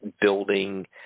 building